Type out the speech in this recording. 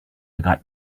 got